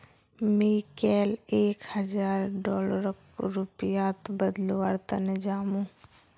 मी कैल एक हजार डॉलरक रुपयात बदलवार तने जामु